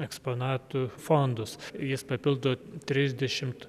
eksponatų fondus jis papildo trisdešimt